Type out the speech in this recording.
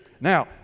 Now